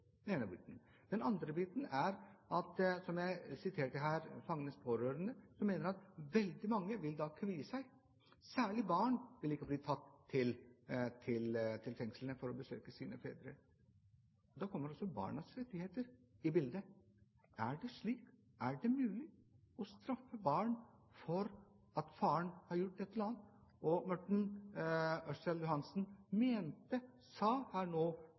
Pårørende som mener at veldig mange da vil kvie seg, og at særlig barn ikke vil bli tatt med til fengslene for å besøke sine foreldre. Da kommer også barnas rettigheter inn i bildet. Er det mulig å straffe barn for at faren har gjort et eller annet? Morten Ørsal Johansen sa her